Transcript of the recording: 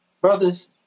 Brothers